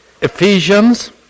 Ephesians